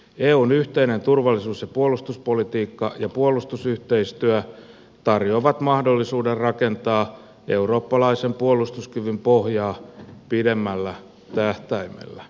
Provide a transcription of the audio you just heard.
eun yhteinen turvallisuus ja puolustuspolitiikka ja puolustusyhteistyö tarjoavat mahdollisuuden rakentaa eurooppalaisen puolustuskyvyn pohjaa pidemmällä tähtäimellä